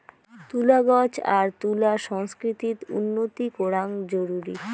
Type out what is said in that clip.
তুলা গছ আর তুলা সংস্কৃতিত উন্নতি করাং জরুরি